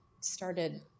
started